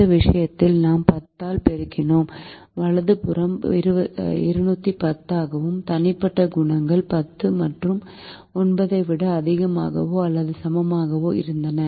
இந்த விஷயத்தில் நாம் 10 ஆல் பெருக்கினோம் வலது புறம் 210 ஆகவும் தனிப்பட்ட குணகங்கள் 10 மற்றும் 9 ஐ விட அதிகமாகவோ அல்லது சமமாகவோ இருந்தன